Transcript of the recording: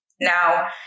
Now